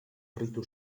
ritu